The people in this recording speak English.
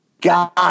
God